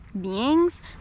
beings